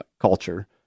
culture